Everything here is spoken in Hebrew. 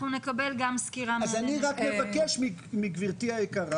נקבל גם סקירה --- אני רק מבקש מגברתי היקרה